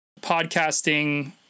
podcasting